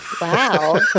Wow